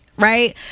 Right